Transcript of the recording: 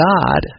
God